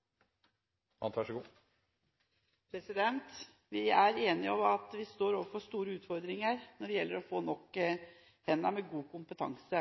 enige om at vi står overfor store utfordringer når det gjelder å få nok hender med god kompetanse